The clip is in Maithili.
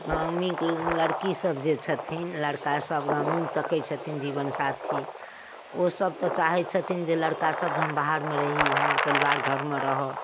ग्रामीणके लड़की सभ जे छथिन लड़का सभ ग्रामीण तकै छथिन जीवन साथी ओ सभ तऽ चाहै छथिन जे लड़का सभ जे हम बाहरमे रही हमर परिवार घरमे रहऽ